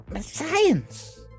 Science